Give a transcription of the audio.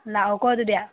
ꯂꯥꯛꯑꯣꯀꯣ ꯑꯗꯨꯗꯤ